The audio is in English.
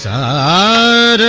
aa